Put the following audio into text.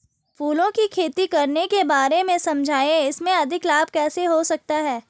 फूलों की खेती करने के बारे में समझाइये इसमें अधिक लाभ कैसे हो सकता है?